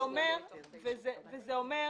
קודם